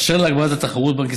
אשר להגברת התחרות,